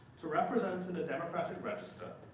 to represent in a democratic register,